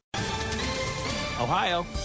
Ohio